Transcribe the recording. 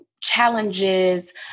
challenges